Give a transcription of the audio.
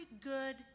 good